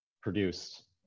produced